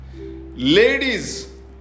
Ladies